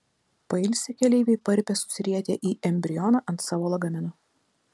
pailsę keleiviai parpia susirietę į embrioną ant savo lagaminų